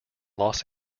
los